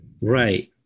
Right